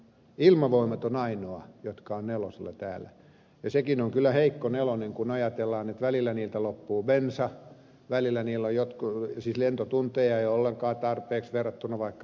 ilmavoimat on ainoa joka on nelosilla täällä ja sekin on kyllä heikko nelonen kun ajatellaan että välillä siltä loppuu bensa välillä sillä ei ole lentotunteja ollenkaan tarpeeksi verrattuna vaikka natojoukkoihin